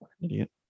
Idiot